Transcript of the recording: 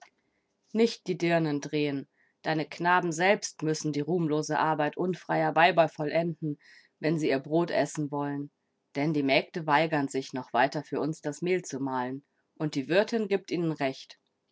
nicht die dirnen drehen deine knaben selbst müssen die ruhmlose arbeit unfreier weiber vollenden wenn sie ihr brot essen wollen denn die mägde weigern sich noch weiter für uns das mehl zu mahlen und die wirtin gibt ihnen recht